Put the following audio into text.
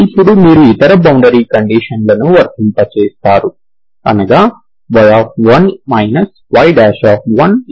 ఇప్పుడు మీరు ఇతర బౌండరీ కండీషన్ లను వర్తింపజేస్తారు అనగా y1 y0